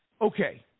okay